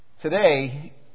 Today